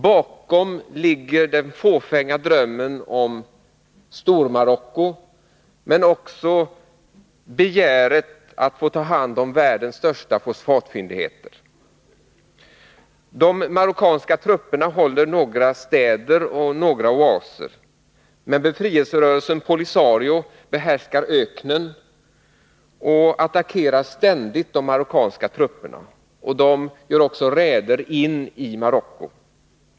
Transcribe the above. Bakom ligger den fåfänga drömmen om Stormarocko, men också begäret att få ta hand om världens största fosfatfyndigheter. De marockanska trupperna håller några städer och några oaser, men befrielserörelsen Polisario behärskar öknen och attackerar ständigt de marockanska trupperna, och man gör också räder in i Marocko.